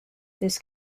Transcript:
this